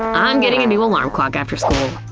um i'm getting a new alarm clock after school.